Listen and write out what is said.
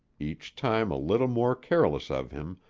each time a little more careless of him,